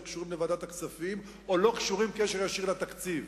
קשורים לוועדת הכספים או לא קשורים בקשר ישיר לתקציב.